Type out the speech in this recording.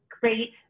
great